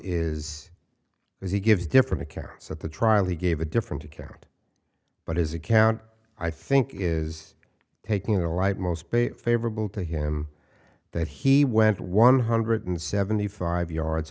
is he gives different accounts at the trial he gave a different account but his account i think is taking a light most favorable to him that he went one hundred and seventy five yards